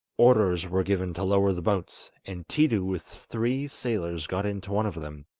orders were given to lower the boats, and tiidu with three sailors got into one of them,